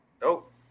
nope